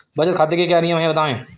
बचत खाते के क्या नियम हैं बताएँ?